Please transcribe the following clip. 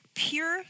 Pure